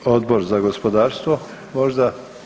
Odbor za gospodarstvo možda?